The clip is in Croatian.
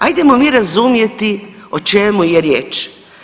Ajdemo mi razumjeti o čemu je riječ.